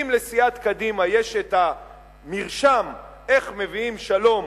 אם לסיעת קדימה יש המרשם איך מביאים שלום